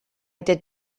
did